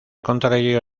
contrario